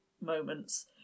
moments